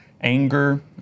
anger